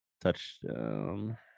touchdown